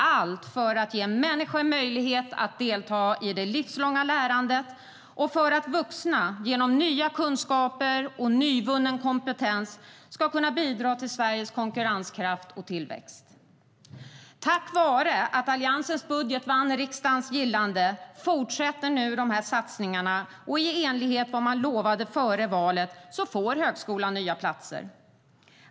Allt handlar om att ge människor möjlighet att delta i det livslånga lärandet och för att vuxna genom nya kunskaper och nyvunnen kompetens ska kunna bidra till Sveriges konkurrenskraft och tillväxt. Tack vare att Alliansens budget vann riksdagens gillande fortsätter nu dessa satsningar, och i enlighet med vad man lovade före valet får högskolan nya platser.